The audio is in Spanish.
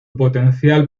potencial